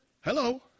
Hello